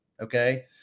okay